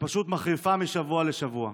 ופשוט מחריפה משבוע לשבוע.